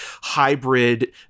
hybrid